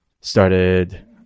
Started